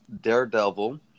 Daredevil